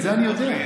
את זה אני יודע.